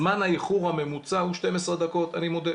זמן האיחור הממוצע הוא 12 דקות, אני מודה.